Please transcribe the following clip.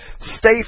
stay